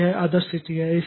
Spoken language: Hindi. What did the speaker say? तो यह आदर्श स्थिति है